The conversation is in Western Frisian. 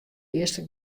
earste